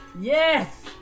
Yes